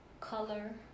color